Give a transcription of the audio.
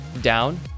down